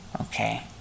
Okay